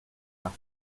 nach